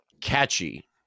catchy